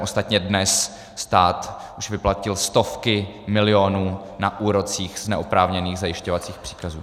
Ostatně dnes stát už vyplatil stovky milionů na úrocích z neoprávněných zajišťovacích příkazů.